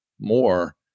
more